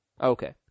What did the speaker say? Okay